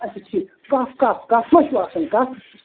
اَچھا ٹھیٖک تَپھ کَتھ کَتھ منٛز چھُو آسان تَپھ